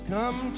Come